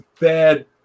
bad